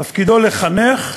תפקידו לחנך,